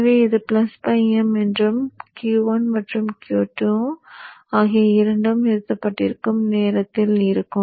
எனவே இது φm என்றும் Q 1 மற்றும் Q 2 ஆகிய இரண்டும் நிறுத்தப்பட்டிருக்கும் நேரத்தில் இருக்கும்